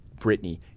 britney